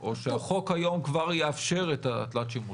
או שהחוק היום כבר יאפשר את התלת-שימוש?